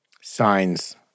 signs